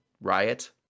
riot